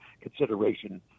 consideration